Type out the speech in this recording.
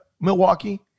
Milwaukee